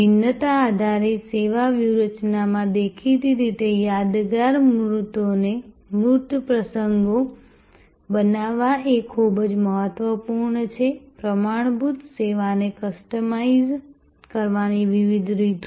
ભિન્નતા આધારિત સેવા વ્યૂહરચનામાં દેખીતી રીતે યાદગાર મૂર્ત પ્રસંગો બનાવવા એ ખૂબ જ મહત્વપૂર્ણ છે પ્રમાણભૂત સેવાને કસ્ટમાઇઝ કરવાની વિવિધ રીતો